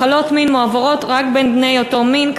שמחלות מין מועברות רק בין בני אותו מין.